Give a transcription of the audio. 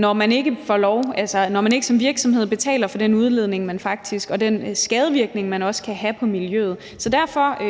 når man ikke som virksomhed betaler for den udledning og den skadevirkning, man også kan have på miljøet. Så derfor